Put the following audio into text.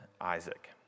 Isaac